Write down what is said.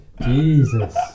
Jesus